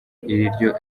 iryo